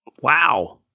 Wow